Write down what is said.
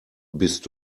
bist